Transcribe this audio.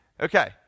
Okay